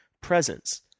presence